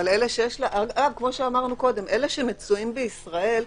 ואלה שמצויים בישראל,